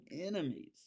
enemies